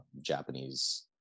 Japanese